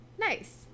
nice